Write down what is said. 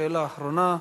השאלה האחרונה.